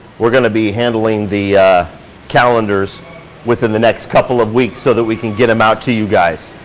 we're gonna be handling the calendars within the next couple of weeks so that we can get them out to you guys.